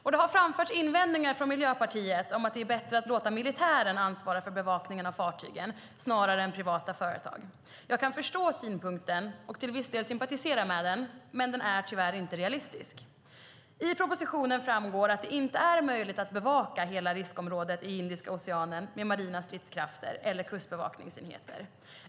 Det har framförts invändningar från Miljöpartiet om att det är bättre att låta militären ansvara för bevakningen av fartygen snarare än privata företag. Jag kan förstå synpunkten och till viss del sympatisera med den. Men den är tyvärr inte realistisk. I propositionen framgår att det inte är möjligt att bevaka hela riskområdet i Indiska oceanen med marina stridskrafter eller kustbevakningsenheter.